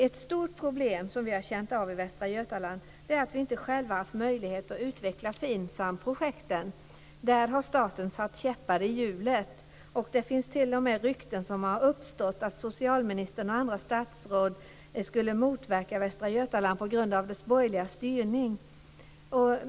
Ett stort problem som vi i Västra Götaland har känt av är att vi inte själva haft möjlighet att utveckla FINSAM-projekten. Där har staten satt käppar i hjulet. Rykten har t.o.m. uppstått om att socialministern och andra statsråd motverkar Västra Götaland på grund av dess borgerliga styrning.